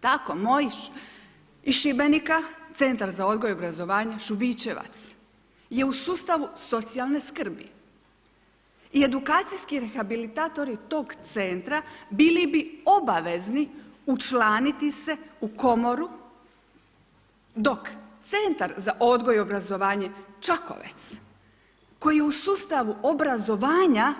Tako moji iz Šibenika, Centar za odgoj o obrazovanje Šubićevac je u sustavu socijalne skrbi i edukacijski rehabilitatori tog centra bili bi obavezni učlaniti se u komoru dok Centar za odgoj za obrazovanje Čakovec koji je u sustavu obrazovanja